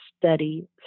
study